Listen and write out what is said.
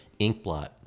Inkblot